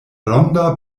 ronda